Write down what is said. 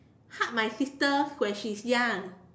hug my sister when she's young